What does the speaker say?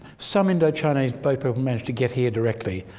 some indo-chinese people managed to get here directly.